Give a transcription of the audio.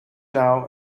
now